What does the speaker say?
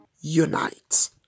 unite